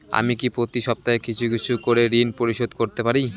আমি কি প্রতি সপ্তাহে কিছু কিছু করে ঋন পরিশোধ করতে পারি?